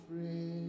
free